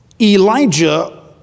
Elijah